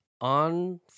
on